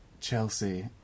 Chelsea